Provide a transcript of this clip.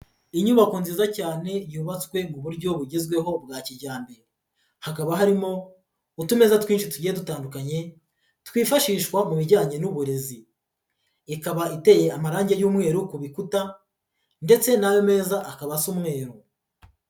Inyubako nziza cyane yubatswe mu buryo bugezweho bwa kijyambere, hakaba harimo utumeza twinshi tugiye dutandukanye, twifashishwa mu bijyanye n'uburezi, ikaba iteye amarangi y'umweru ku bikuta ndetse n'ayo meza akaba asa umweru.